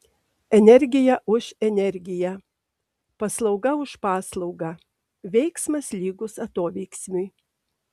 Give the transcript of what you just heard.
energija už energiją paslauga už paslaugą veiksmas lygus atoveiksmiui